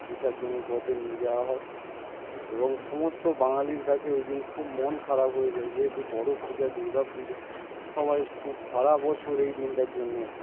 বিসর্জনের পথে নিয়ে যাওয়া হয় এবং সমস্ত বাঙালির কাছে ওই দিন খুব মন খারাপ হয়ে যায় যেহেতু বড়ো পূজা দুর্গা পূজা সবাই খুব সারা বছর এই দিনটার জন্যে